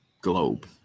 globe